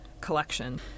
collection